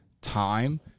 time